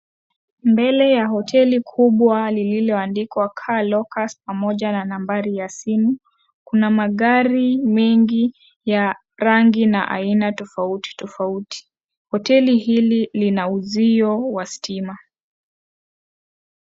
Mbele ya hoteli kubwa lililoandikwa Car Locus pamoja na nambari ya simu, kuna magari mengi ya rangi na aina tofauti tofauti, hoteli hili lina uzio wa stima.